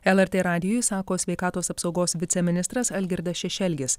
lrt radijui sako sveikatos apsaugos viceministras algirdas šešelgis